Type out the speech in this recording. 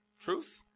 Truth